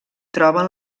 troben